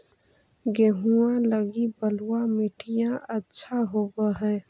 गेहुआ लगी बलुआ मिट्टियां अच्छा होव हैं?